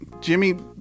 Jimmy